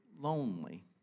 lonely